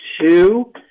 two